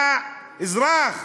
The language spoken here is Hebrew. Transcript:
אתה אזרח?